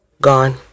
Gone